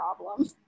problem